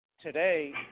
today